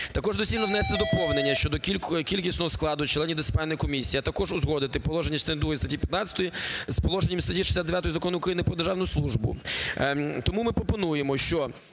Також доцільно внести доповнення щодо кількісного складу членів дисциплінарної комісії, а також узгодити положення частини другої статті 15 з положеннями статті 69 Закону України "Про державну службу". Тому ми пропонуємо, щоб